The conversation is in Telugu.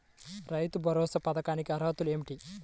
రైతు భరోసా పథకానికి అర్హతలు ఏమిటీ?